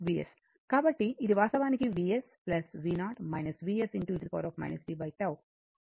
Vs కాబట్టి ఇది వాస్తవానికి Vs v0 Vs e tτ అంటే ఇది సమీకరణం 48